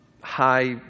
high